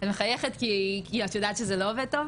את מחייכת כי את יודעת שזה לא עובד טוב?